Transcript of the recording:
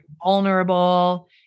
vulnerable